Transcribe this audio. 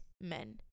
men